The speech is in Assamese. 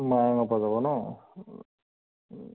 মায়ঙৰ পৰা যাব ন